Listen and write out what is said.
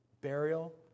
burial